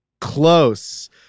Close